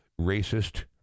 racist